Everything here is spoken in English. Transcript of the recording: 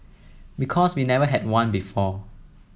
because we never had one before